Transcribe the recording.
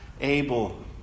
Abel